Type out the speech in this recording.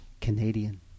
Canadian